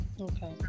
okay